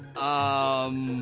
um.